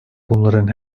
bunların